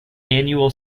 annual